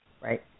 Right